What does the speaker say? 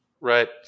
right